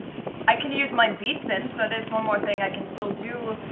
i can use my beast sense that is one more thing i can still do.